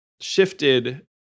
shifted